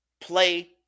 play